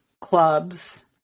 clubs